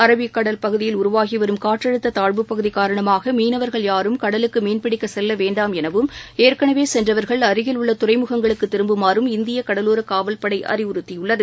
அரபிக்கடல் பகுதியில் உருவாகிவரும் காற்றழுத்ததாழ்வுப்பகுதிகாரணமாகமீனவர்கள் யாரும் செல்லவேண்டாம் கடலுக்குமீன்பிடிக்கச் எனவும் ஏற்கனவேசென்றவர்கள் அருகில் உள்ளதுறைமுகங்களுக்குதிரும்புமாறும் இந்தியகடலோரகாவல் படைஅறிவுறுத்தியுள்ளது